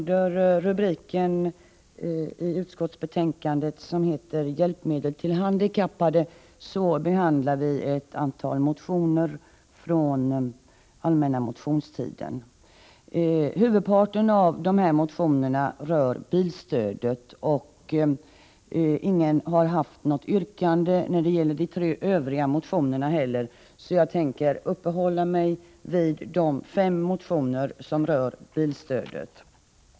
Herr talman! Under rubriken Hjälpmedel till handikappade behandlar socialförsäkringsutskottet ett antal motioner från den allmänna motionstiden. Huvudparten av motionerna rör bilstödet, och ingen har ställt något yrkande när det gäller de tre övriga motionerna. Jag tänker uppehålla mig vid de fem motioner som rör bilstödet.